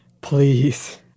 please